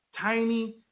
tiny